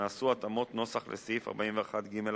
נעשו התאמות נוסח לסעיף 41(ג)(1)